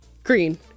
green